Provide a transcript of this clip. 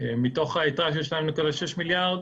מתוך היתרה של 2.6 מיליארד,